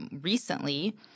recently